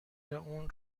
اون